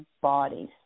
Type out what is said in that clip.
bodies